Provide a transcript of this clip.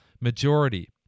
majority